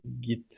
Git